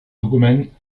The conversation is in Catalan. document